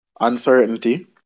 uncertainty